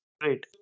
great